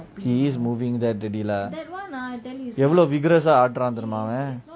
he is moving that already lah எவ்ளோ:evlo vigorous ah ஆட்டுற தெரியுமா அவன்:aatura theriyuma avan